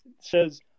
says